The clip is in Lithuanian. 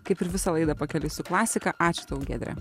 kaip ir visą laidą pakeliui su klasika ačiū tau giedre